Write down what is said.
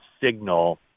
signal